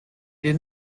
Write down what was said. did